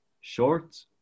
short